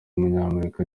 w’umunyamerika